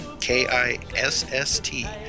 K-I-S-S-T